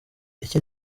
iki